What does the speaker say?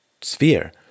sphere